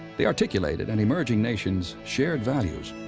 they articulated an emerging nation's shared values,